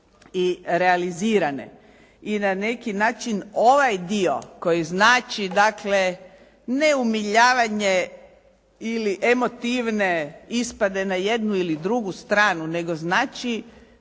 i realizirane i na neki način ovaj dio koji znači dakle ne umiljavanje ili emotivne ispade na jednu ili drugu stranu, nego znači